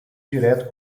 direto